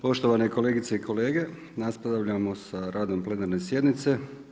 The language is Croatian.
Poštovane kolegice i kolege, nastavljamo sa radom plenarne sjednice.